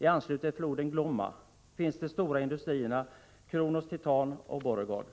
I anslutning till flöden Glomma finns de stora industrierna Kronos Titan och Borregaard.